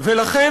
ולכן,